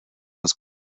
was